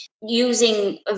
Using